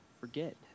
forget